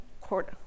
court